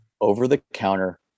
over-the-counter